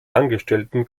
angestellten